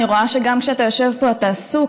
אני רואה שגם כשאתה יושב פה אתה עסוק,